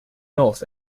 north